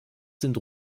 sind